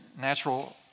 natural